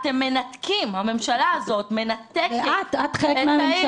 אתם מנתקים, הממשלה הזאת מנתקת את העיר.